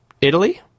Italy